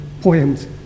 poems